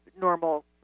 normal